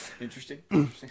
interesting